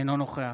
אינו נוכח